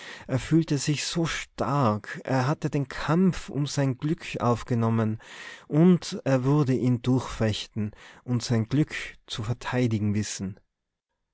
er fühlte sich so stark er hatte den kampf um sein glück aufgenommen und er würde ihn durchfechten und sein glück zu verteidigen wissen